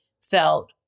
felt